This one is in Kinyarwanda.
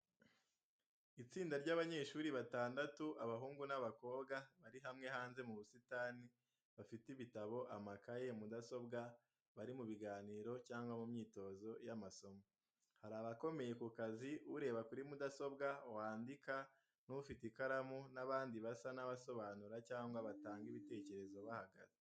Itsinda ry’abanyeshuri batandatu, abahungu n’abakobwa, bari hamwe hanze mu busitani, bafite ibitabo, amakaye, mudasobwa bari mu biganiro cyangwa mu myitozo y’amasomo. Hari abakomeye ku kazi ureba kuri mudasobwa, wandika, n’ufite ikaramu n’abandi basa n’abasobanura cyangwa batanga ibitekerezo bahagaze.